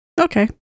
Okay